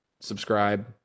subscribe